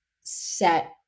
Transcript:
set